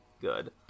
good